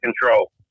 control